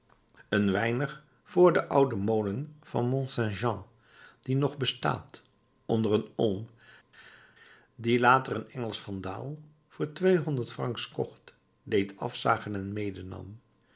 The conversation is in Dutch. een weinig vr den ouden molen van mont saint jean die nog bestaat onder een olm dien later een engelsch wandaal voor tweehonderd francs kocht deed afzagen en medenam